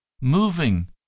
moving